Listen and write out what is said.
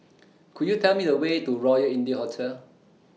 Could YOU Tell Me The Way to Royal India Hotel